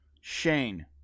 Shane